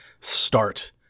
start